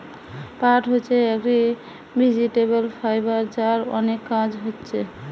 পাট হচ্ছে একটি ভেজিটেবল ফাইবার যার অনেক কাজ হচ্ছে